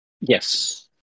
Yes